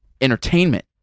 entertainment